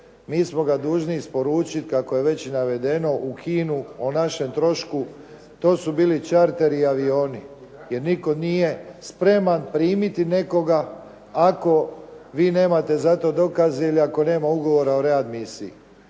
mi smo ga dužni isporučiti kako je već navedeno, u Kinu, o našem trošku. To su bili čarteri avioni, jer nitko nije spreman primiti nekoga ako vi nemate za to dokaz ili ako nema ugovora o readmisiji.